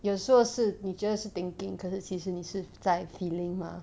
有时候是你觉得是 thinking 可是其实你是在 feeling mah